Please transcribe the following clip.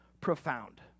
profound